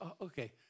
Okay